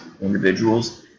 individuals